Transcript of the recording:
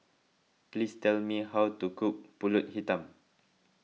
please tell me how to cook Pulut Hitam